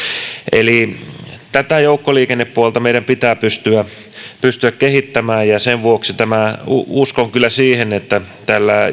eli tätä joukkoliikennepuolta meidän pitää pystyä pystyä kehittämään ja sen vuoksi uskon kyllä siihen että tällä